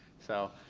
so.